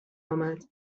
آمد